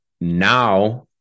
Now